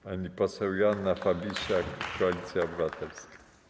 Pani poseł Joanna Fabisiak, Koalicja Obywatelska.